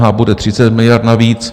DPH bude 30 miliard navíc.